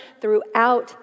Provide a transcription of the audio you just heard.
throughout